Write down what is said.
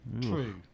True